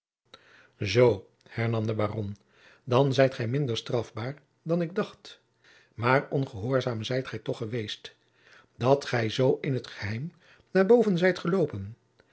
zoo hernam de baron dan zijt gij minder strafbaar dan ik dacht maar ongehoorzaam zijt gij toch geweest dat gij zoo in t geheim naar boven zijt geloopen